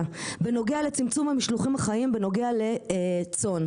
בנוגע לצמצום המשלוחים החיים בנוגע לצאן,